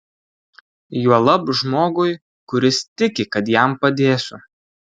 juolab žmogui kuris tiki kad jam padėsiu